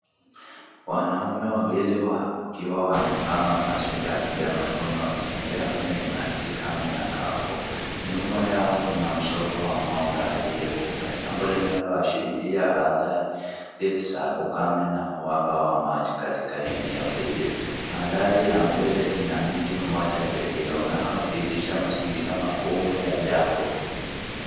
Wanaume wawili wakiwa wamevaa mavazi ya kitamaduni na wakitembea kwenye ardhi kama na kavu. Nyuma yao kuna mzoga wa ng'ombe aliyekufa, jambo linaloashiria athari za ukame na uhaba wa maji katika eneo hili, mandhari ya mbele ina miti moja pekee unaodhihirisha mazingira magumu ya jangwa.